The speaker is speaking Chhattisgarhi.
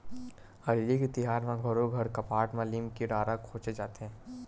हरेली के तिहार म घरो घर कपाट म लीम के डारा खोचे जाथे